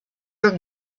your